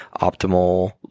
optimal